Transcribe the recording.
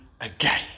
again